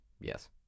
Yes